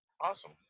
awesome